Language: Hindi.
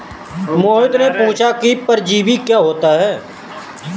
मोहित ने पूछा कि परजीवी क्या होता है?